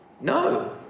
No